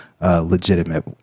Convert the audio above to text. legitimate